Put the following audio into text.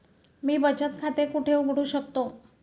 मी बचत खाते कुठे उघडू शकतो?